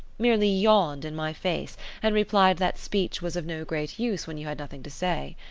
merely yawned in my face and replied that speech was of no great use when you had nothing to say.